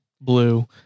blue